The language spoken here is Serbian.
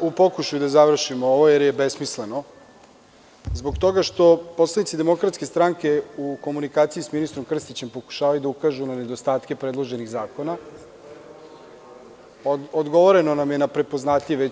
U pokušaju da završimo ovo, jer je besmisleno zbog toga što poslanici DS u komunikaciji sa ministrom Krstićem pokušavaju da ukažu na nedostatke predloženih zakona. odgovoreno nam je na već prepoznatljiv